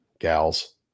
gals